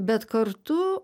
bet kartu